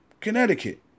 Connecticut